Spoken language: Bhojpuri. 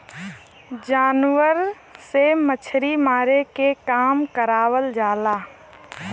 जानवर से मछरी मारे के काम करावल जाला